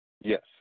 Yes